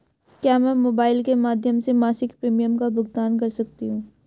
क्या मैं मोबाइल के माध्यम से मासिक प्रिमियम का भुगतान कर सकती हूँ?